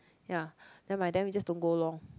ya by the time we just don't go lor